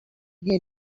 hear